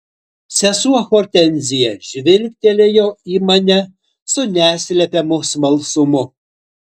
sesuo hortenzija žvilgtelėjo į mane su neslepiamu smalsumu